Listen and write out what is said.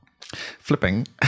Flipping